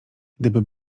gdyby